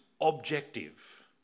objective